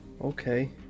Okay